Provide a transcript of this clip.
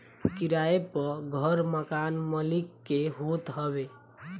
किराए पअ घर मकान मलिक के होत हवे